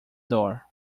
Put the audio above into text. door